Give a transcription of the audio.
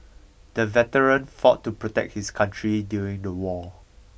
the veteran fought to protect his country during the war